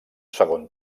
segon